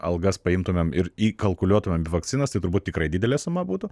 algas paimtumėm ir įkalkuliuotumėm į vakcinas tai turbūt tikrai didelė suma būtų